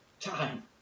time